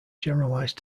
generalize